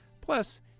Plus